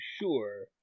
sure